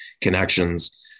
connections